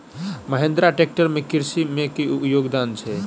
Mahindra tractor केँ कृषि मे की योगदान छै?